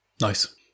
Nice